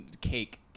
cake